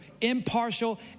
impartial